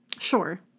Sure